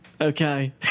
Okay